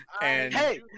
Hey